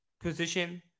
position